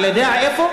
אני לא יודע איפה,